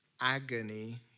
agony